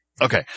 okay